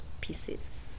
pieces